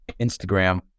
Instagram